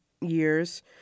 years